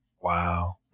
Wow